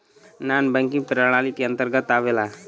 नानॅ banking प्रणाली के अंतर्गत आवेला